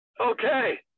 okay